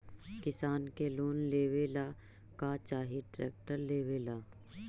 किसान के लोन लेबे ला का चाही ट्रैक्टर लेबे ला?